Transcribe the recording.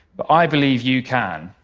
but i believe you can.